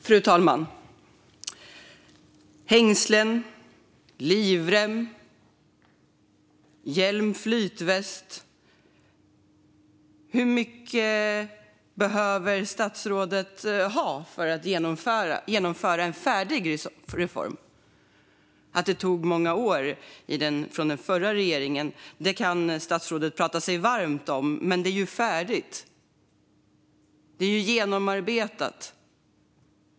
Fru talman! Hängslen, livrem, hjälm och flytväst - hur mycket behöver statsrådet ha för att genomföra en färdig reform? Att det tog många år för den förra regeringen kan statsrådet prata sig varm om. Men det är ju färdigt och genomarbetat.